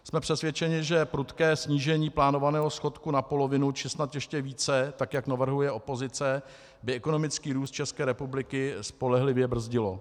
Jsme přesvědčeni, že prudké snížení plánovaného schodku na polovinu či snad ještě více, tak jak navrhuje opozice, by ekonomický růst České republiky spolehlivě brzdilo.